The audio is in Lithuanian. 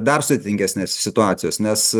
dar sudėtingesnės situacijos nes